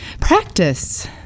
practice